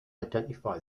identify